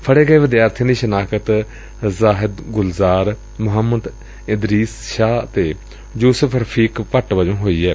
ਫੜੇ ਗਏ ਵਿਦਿਆਰਥੀਆਂ ਦੀ ਸ਼ਨਾਖਤ ਜ਼ਾਹਿਦ ਗੁਲਜ਼ਾਰ ਮੁਹੰਮਦ ਇਦਰੀਸ ਸ਼ਾਹ ਅਤੇ ਯੁਸਫ਼ ਰਫ਼ੀਕ ਭੱਟ ਵਜੋਂ ਹੋਈ ਏ